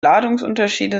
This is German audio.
ladungsunterschiede